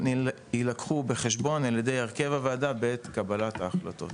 יילקחו בחשבון על ידי הרכב הוועדה בשלב קבלת ההחלטות.